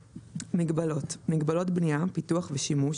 "מגבלות" מגבלות בנייה, פיתוח ושימוש